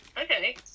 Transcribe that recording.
Okay